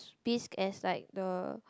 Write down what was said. bisque as like the